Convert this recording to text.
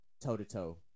toe-to-toe